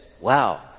wow